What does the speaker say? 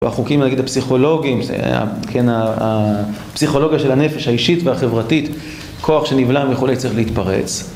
החוקים הפסיכולוגיים, הפסיכולוגיה של הנפש האישית והחברתית, כוח שנבלם יכול להיות צריך להתפרץ